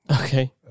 okay